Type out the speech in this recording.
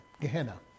Gehenna